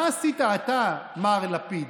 מה עשית אתה, מר לפיד?